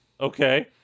Okay